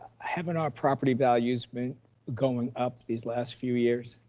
haven't our property values been going up these last few years.